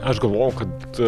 aš galvojau kad